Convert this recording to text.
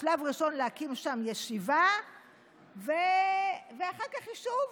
בשלב ראשון להקים שם ישיבה ואחר כך יישוב.